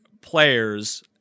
players